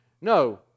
No